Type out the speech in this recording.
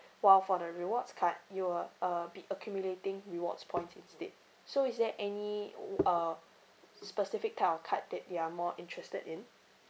while for the rewards card you will uh be accumulating rewards points instead so is there any uh specific type of card that you are more interested in